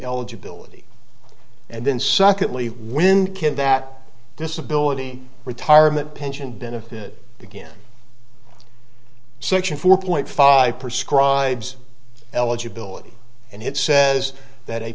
eligibility and then secondly when kin that disability retirement pension benefit again section four point five per scribes eligibility and it says that a